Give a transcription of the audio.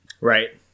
Right